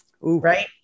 right